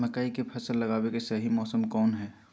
मकई के फसल लगावे के सही मौसम कौन हाय?